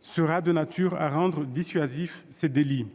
sera de nature à rendre dissuasifs ces délits.